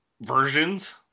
versions